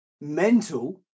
mental